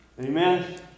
Amen